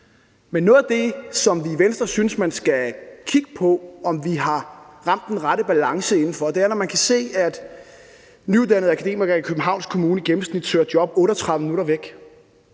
noget af det, som vi i Venstre synes man skal kigge på om vi har ramt den rette balance inden for, er, når man kan se, at nyuddannede akademikere i Københavns Kommune i gennemsnit søger job 38 minutter væk.